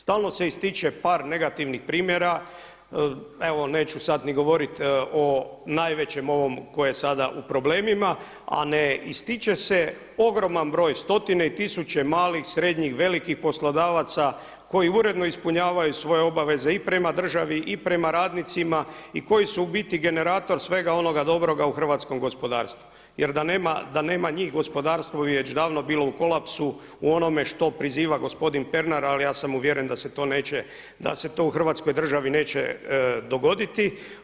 Stalno se ističe par negativnih primjera, evo neću sada ni govoriti o najvećem ovo koje sada u problemima, a ne ističe se ogroman broj, stotine i tisuće malih, srednjih, velikih poslodavaca koji uredno ispunjavaju svoje obaveze i prema državi i prema radnicima i koji su u biti generator svega onoga dobroga u hrvatskom gospodarstvu jer da nema njih gospodarstvo bi već davno bilo u kolapsu u onome što priziva gospodin Pernar, ali ja sam uvjeren da se to u Hrvatskoj državi neće dogoditi.